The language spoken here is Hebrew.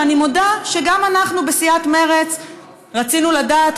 ואני מודה שגם אנחנו בסיעת מרצ רצינו לדעת,